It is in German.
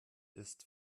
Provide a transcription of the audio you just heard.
ist